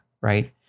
right